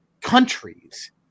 countries